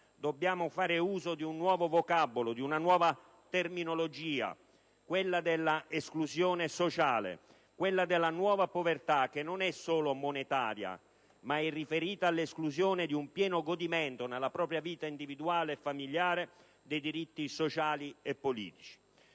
dobbiamo fare uso di un nuovo vocabolo, di una nuova terminologia, quella cioè della esclusione sociale, quella della nuova povertà, che non è solo monetaria, ma è riferita all'esclusione di un pieno godimento nella propria vita individuale e familiare dei diritti sociali e politici.